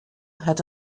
had